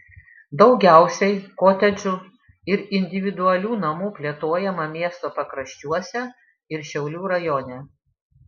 daugiausiai kotedžų ir individualių namų plėtojama miesto pakraščiuose ir šiaulių rajone